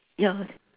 yeah